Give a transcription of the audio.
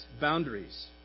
boundaries